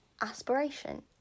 aspiration